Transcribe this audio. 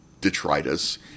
detritus